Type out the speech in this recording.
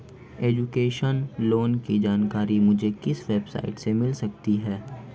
Education loan की जानकारी मुझे किस वेबसाइट से मिल सकती है?